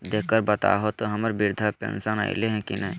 देख कर बताहो तो, हम्मर बृद्धा पेंसन आयले है की नय?